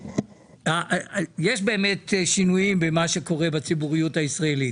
יש באמת שינויים במה שקורה בציבוריות הישראלית.